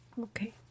Okay